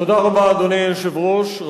תודה רבה, אדוני היושב-ראש.